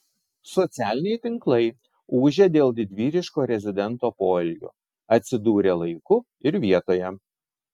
socialiniai tinklai ūžia dėl didvyriško rezidento poelgio atsidūrė laiku ir vietoje